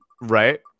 Right